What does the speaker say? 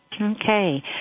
Okay